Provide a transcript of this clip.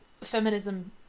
feminism